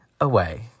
away